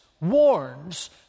warns